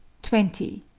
twenty.